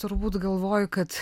turbūt galvoju kad